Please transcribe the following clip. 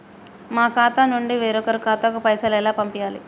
మా ఖాతా నుండి వేరొక ఖాతాకు పైసలు ఎలా పంపియ్యాలి?